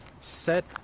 set